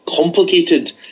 complicated